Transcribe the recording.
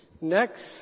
Next